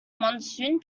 monsoon